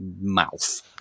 mouth